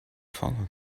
follow